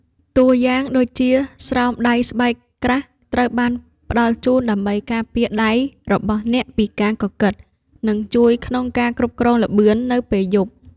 តួយ៉ាងដូចជា ស្រោមដៃស្បែកក្រាស់ត្រូវបានផ្ដល់ជូនដើម្បីការពារដៃរបស់អ្នកពីការកកិត និងជួយក្នុងការគ្រប់គ្រងល្បឿននៅពេលឈប់។